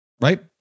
right